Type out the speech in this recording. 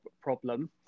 problem